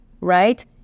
right